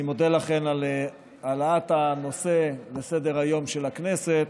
אני מודה לכם על העלאת הנושא על סדר-היום של הכנסת,